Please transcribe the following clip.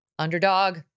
underdog